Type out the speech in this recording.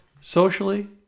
socially